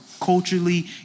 culturally